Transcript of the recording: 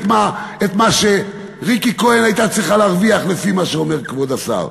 מה שריקי כהן הייתה צריכה להרוויח לפי מה שאומר כבוד השר.